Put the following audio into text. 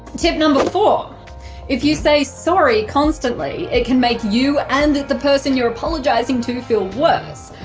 tip number four if you say sorry constantly it can make you and it the person you're apologising to feel worse.